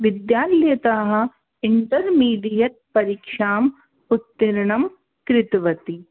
विद्यालयतः इण्टर्मिडियट् परिक्षाम् उत्तीर्णं कृतवती